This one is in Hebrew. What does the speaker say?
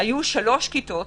היו שלוש כיתות,